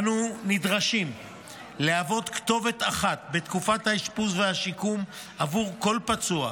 אנו נדרשים להוות כתובת אחת בתקופת האשפוז והשיקום עבור כל פצוע,